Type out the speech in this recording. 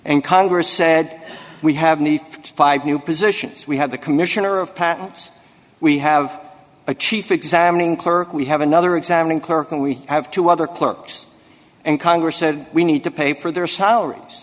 and congress said we have need five new positions we have the commissioner of patents we have a chief examining clerk we have another examining clerk and we have two other clerks and congress said we need to pay for their salaries